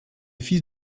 fils